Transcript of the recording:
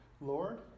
Lord